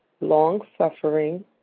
long-suffering